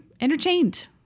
entertained